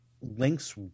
links